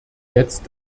jetzt